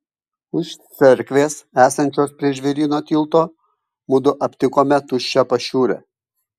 už cerkvės esančios prie žvėryno tilto mudu aptikome tuščią pašiūrę